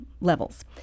levels